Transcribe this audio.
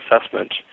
assessment